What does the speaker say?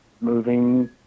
moving